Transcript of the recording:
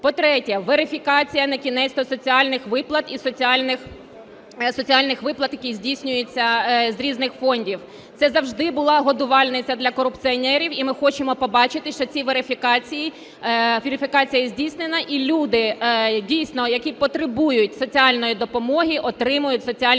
По-третє, верифікація, накінець-то, соціальних виплат, які здійснюються з різних фондів. Це завжди була годувальниця для корупціонерів. І ми хочемо побачити, що ці верифікації, верифікація здійснена. І люди дійсно, які потребують соціальної допомоги, отримують соціальні виплати,